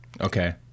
Okay